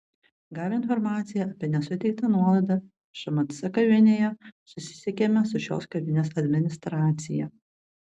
gavę informaciją apie nesuteiktą nuolaidą šmc kavinėje susisiekėme su šios kavinės administracija